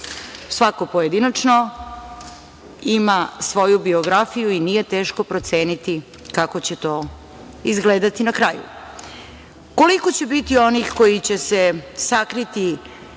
Svako pojedinačno ima svoju biografiju i nije teško proceniti kako će to izgledati na kraju. Koliko će biti onih koji će se sakriti